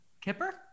Kipper